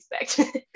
expect